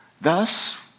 Thus